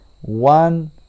One